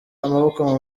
amaboko